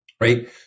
right